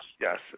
yes